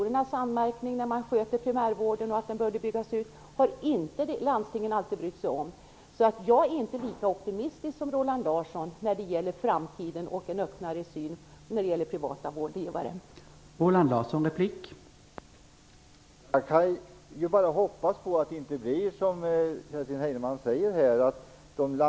Därför är jag inte lika optimistisk som Roland Larsson när det gäller framtiden och en öppnare syn på privata vårdgivare.